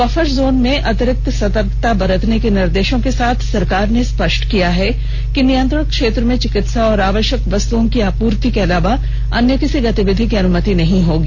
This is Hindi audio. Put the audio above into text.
बफर जोन में अतिरिक्त सतर्कता बरतने के निर्देशों के साथ सरकार ने स्पष्ट किया है कि नियंत्रण क्षेत्र में चिकित्सा और आवश्यक वस्तुओं की आपूर्ति के अलावा अन्य किसी गतिविधि की अनुमति नहीं होगी